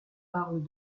parlent